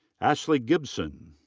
ashley gibson.